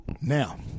Now